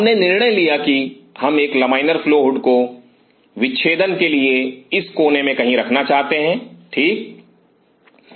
तो हमने निर्णय लिया कि हम एक लमाइनर फ्लो हुड को विच्छेदन के लिए इस कोने में कहीं रखना चाहते हैं ठीक